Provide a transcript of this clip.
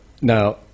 now